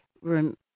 room